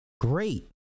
Great